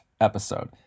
episode